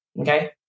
okay